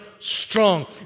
Strong